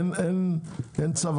אין צו